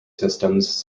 systems